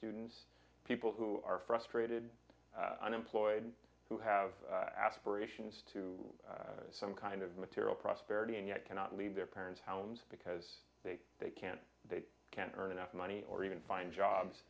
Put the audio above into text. students people who are frustrated unemployed who have aspirations to some kind of material prosperity and yet cannot leave their parents hounds because they they can't they can't earn enough money or even find jobs